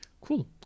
Cool